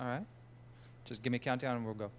all right just give me count down and we'll go